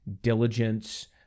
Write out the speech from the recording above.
diligence